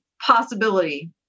possibility